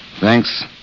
Thanks